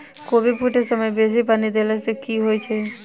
कोबी फूटै समय मे बेसी पानि देला सऽ की होइ छै?